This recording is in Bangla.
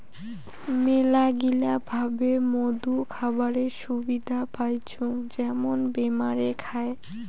মেলাগিলা ভাবে মধু খাবারের সুবিধা পাইচুঙ যেমন বেমারে খায়